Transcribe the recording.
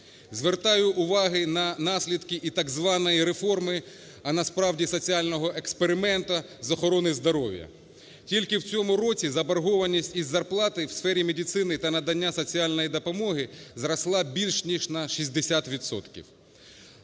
Звертаю увагу на наслідки і так званої реформи, а насправді соціального експерименту з охорони здоров'я. Тільки в цьому році заборгованість із зарплати у сфері медицини та надання соціальної допомоги зросла більш ніж на 60